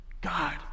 God